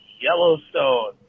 Yellowstone